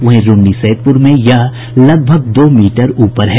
वहीं रून्नीसैदपुर में यह लगभग दो मीटर ऊपर है